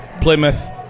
Plymouth